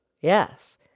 Yes